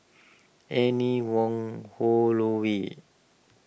Anne Wong Holloway